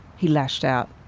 he lashed out.